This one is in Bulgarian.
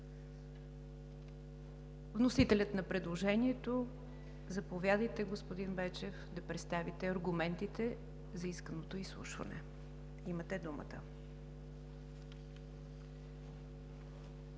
Вносителят на предложението – заповядайте, господин Бойчев, за да представите аргументите за исканото изслушване. Имате думата!